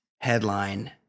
headline